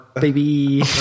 Baby